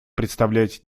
представлять